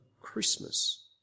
Christmas